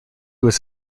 was